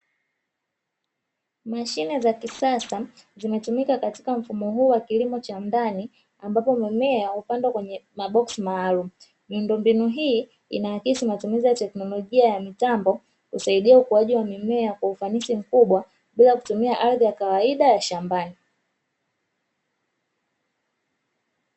Mashine za kisasa zinatumika katika mfumo huu wa kilimo cha ndani, ambapo mimea hupandwa kwenye maboksi maalumu, miundombinu hii inaakisi matumizi ya teknolojia ya mitambo kusaidia ukuaji wa mimea kwa ufanisi mkubwa, bila kutumia ardhi ya kawaida ya shambani.